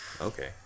Okay